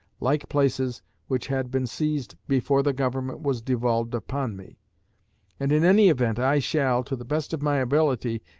like places which had been seized before the government was devolved upon me and in any event i shall, to the best of my ability,